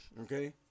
okay